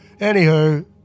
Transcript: anywho